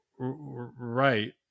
Right